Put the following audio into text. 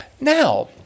Now